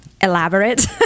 elaborate